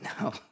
No